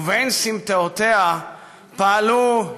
בין סמטאותיה פעלו,